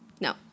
No